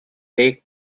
lake